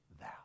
thou